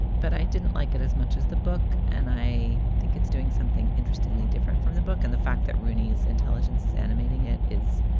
but i didn't like it as much as the book. and i think it's doing something interestingly different from the book. and the fact that rooney's intelligence is animating it is,